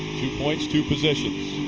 two points, two positions.